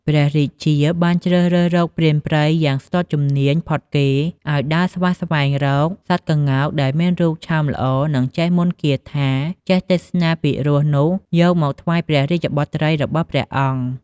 ព្រះរាជាបានជ្រើសរើសរកព្រានព្រៃយ៉ាងស្ទាត់ជំនាញផុតគេ ឱ្យដើរស្វះស្វែងរកសត្វក្ងោកដែលមានរូបឆោមល្អនិងចេះមន្ដគាថា ចេះទេសនាពីរោះនោះយកមកថ្វាយព្រះរាជបុត្រីរបស់ព្រះអង្គ។